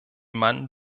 man